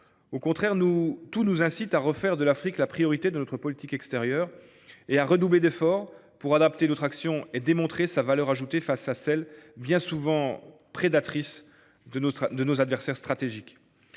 Au contraire, tout nous incite à refaire de l’Afrique la priorité de notre politique extérieure et à redoubler d’efforts pour adapter notre action et démontrer sa valeur ajoutée face à celle, bien souvent prédatrice, de nos adversaires stratégiques.